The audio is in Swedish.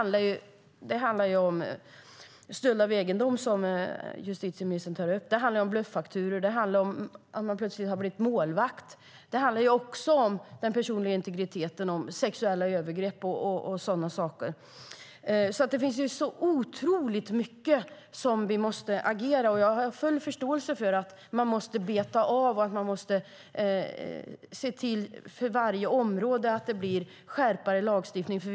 Det handlar om stöld av egendom, som justitieministern tar upp. Det handlar om bluffakturor. Det handlar om att man plötsligt har blivit målvakt. Det handlar om den personliga integriteten och om sexuella övergrepp och sådana saker. Det finns otroligt mycket som gör att vi måste agera. Jag har full förståelse för att man måste beta av och att man måste se till att det för varje område blir skarpare lagstiftning.